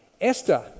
Esther